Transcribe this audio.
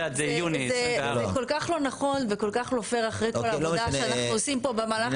כל זמן שלא נעשתה העבודה הזאת אנחנו לא יכולים.